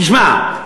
תשמע,